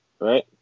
right